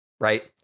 right